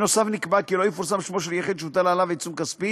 עוד נקבע כי לא יפורסם שמו של יחיד שהוטל עליו עיצום כספי